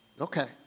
Okay